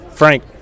Frank